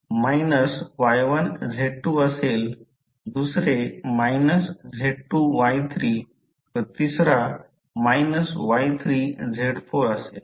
तर प्रथम Y1Z2 असेल दुसरे Z2Y3 व तिसरा Y3Z4 असेल